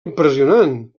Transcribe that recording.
impressionant